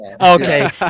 Okay